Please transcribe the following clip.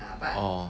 orh